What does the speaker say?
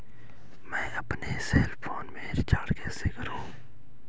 मैं अपने cell phone में रिचार्ज कैसे करूँ?